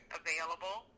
available